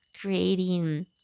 creating